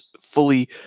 fully